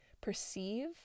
perceive